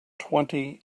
twenty